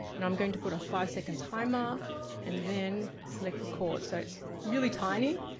and i'm going to put a five second timer and then select record. so it's really tiny,